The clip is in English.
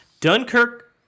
dunkirk